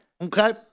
Okay